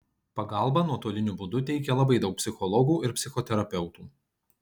pagalbą nuotoliniu būdu teikia labai daug psichologų ir psichoterapeutų